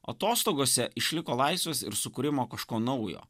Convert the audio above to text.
atostogose išliko laisvės ir sukūrimo kažko naujo